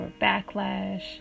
backlash